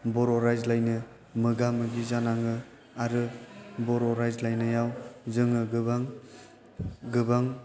बर' रायज्लायनो मोगा मोगि जानाङो आरो बर' रायज्लायनायाव जोङो गोबां